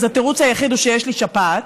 אז התירוץ היחיד הוא שיש לי שפעת.